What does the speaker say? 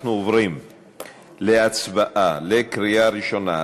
אנחנו עוברים להצבעה בקריאה ראשונה על